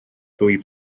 ddwy